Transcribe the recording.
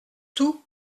tout